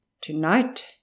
Tonight